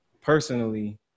personally